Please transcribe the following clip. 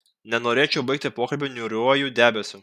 nenorėčiau baigti pokalbio niūriuoju debesiu